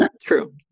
true